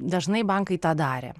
dažnai bankai tą darė